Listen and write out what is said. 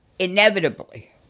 inevitably